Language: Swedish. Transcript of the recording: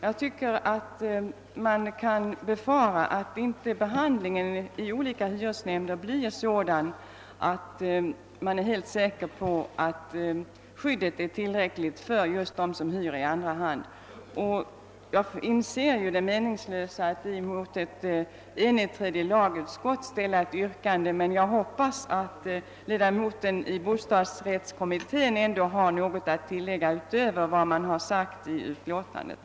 Jag tror man kan befara att behandlingen i olika hyresnämnder blir sådan att man inte kan vara helt säker på att skyddet för dem som hyr i andra hand blir tillräckligt. Jag inser det meningslösa i att ställa något yrkande mot ett enigt lagutskott, men jag hoppas att ledamoten av bostadsrättskommittén har någonting att tillägga utöver vad som har sagts i utlåtandet.